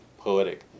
poetic